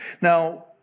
Now